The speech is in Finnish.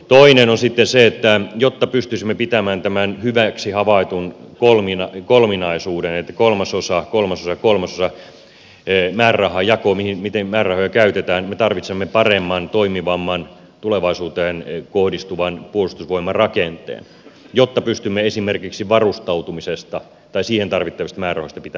toinen on sitten se että jotta pystyisimme pitämään tämän hyväksi havaitun kolminaisuuden kolmasosakolmasosakolmasosa määrärahajako miten määrärahoja käytetään me tarvitsemme paremman toimivamman tulevaisuuteen kohdistuvan puolustusvoimarakenteen jotta pystymme esimerkiksi varustautumisesta tai siihen tarvittavista määrärahoista pitämään kiinni